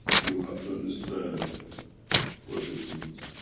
you have to understand what this means.